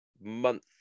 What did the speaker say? month